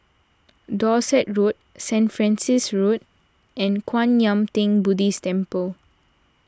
Dorset Road Saint Francis Road and Kwan Yam theng Buddhist Temple